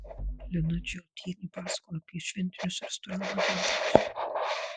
lina džiautienė pasakoja apie šventinius restorano renginius